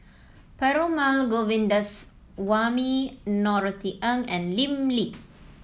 Perumal Govindaswamy Norothy Ng and Lim Lee